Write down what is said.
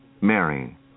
Mary